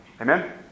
Amen